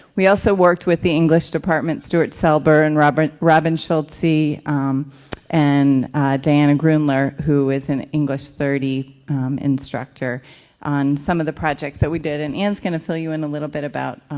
we also worked with the english department, stuart selber and robin robin schulze and diana gruendler who is an english thirty instructor on some of the projects that we did. and ann's gonna fill you in a little bit about